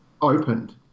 opened